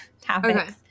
topics